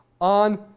on